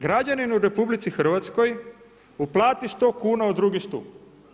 Građanin u RH uplati 100 kuna u drugi stup.